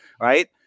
Right